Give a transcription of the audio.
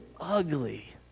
ugly